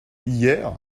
hier